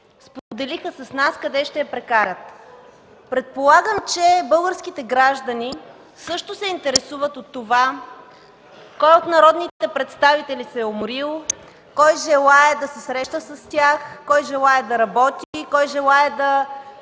споделиха с нас къде ще я прекарат. Предполагам, че българските граждани също се интересуват от това кой от народните представители се е уморил, кой желае да се среща с тях, кой желае да работи, кой желае да